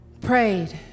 prayed